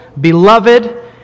beloved